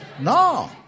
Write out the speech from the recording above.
no